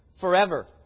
forever